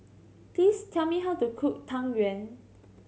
please tell me how to cook Tang Yuen